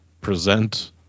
present